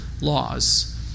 laws